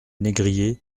négrier